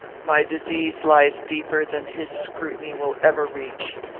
my disease lies deeper than his scrutiny will ever reach.